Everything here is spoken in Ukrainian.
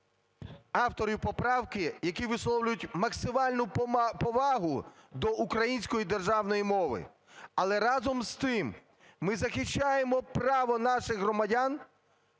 автори поправки, які висловлюють максимальну повагу до української державної мови, але разом з тим ми захищаємо право наших громадян